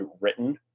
written